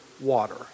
water